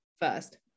first